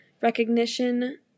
recognition